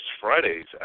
Fridays